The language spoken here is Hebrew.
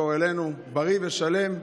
ויחזור אלינו מהר בריא ושלם.